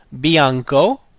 bianco